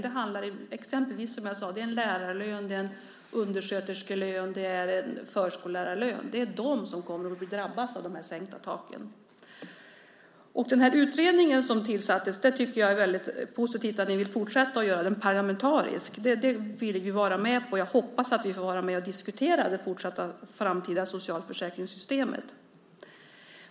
Som jag sade tidigare handlar det exempelvis om en lärarlön, en undersköterskelön, en förskollärarlön. Det är de som kommer att drabbas av de sänkta taken. Jag tycker att det är mycket positivt att ni vill fortsätta att ha den utredning som tillsatts parlamentariskt. Det vill vi vara med på, och jag hoppas att vi får vara med och diskutera det fortsatta framtida socialförsäkringssystemet.